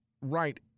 right